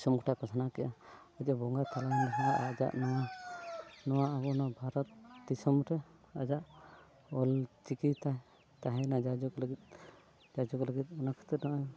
ᱫᱤᱥᱚᱢ ᱜᱳᱴᱟᱭ ᱯᱟᱥᱱᱟᱣ ᱠᱮᱫᱼᱟ ᱡᱩᱫᱤ ᱵᱚᱸᱜᱟ ᱛᱟᱞᱟᱭᱮᱱᱟ ᱟᱡᱟᱜ ᱱᱚᱣᱟ ᱱᱚᱣᱟ ᱟᱵᱚ ᱱᱚᱣᱟ ᱵᱷᱟᱨᱚᱛ ᱫᱤᱥᱚᱢ ᱨᱮ ᱟᱡᱟᱜ ᱚᱞᱪᱤᱠᱤ ᱛᱟᱭ ᱛᱟᱦᱮᱸᱭᱮᱱᱟ ᱡᱟᱭᱡᱩᱜᱽ ᱞᱟᱹᱜᱤᱫ ᱡᱟᱭᱡᱩᱜᱽ ᱞᱟᱹᱜᱤᱫ ᱱᱚᱜᱼᱚᱭ